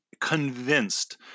convinced